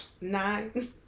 Nine